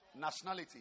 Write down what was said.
nationality